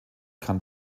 kann